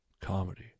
comedy